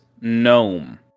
gnome